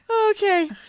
Okay